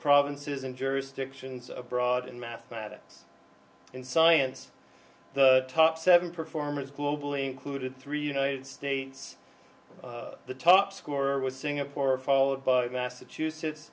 provinces in jurisdictions abroad in mathematics and science the top seven performers globally included three united states the top score was singapore followed by massachusetts